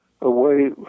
away